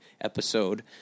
episode